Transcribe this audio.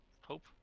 hope